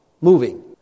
moving